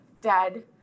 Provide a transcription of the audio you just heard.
dead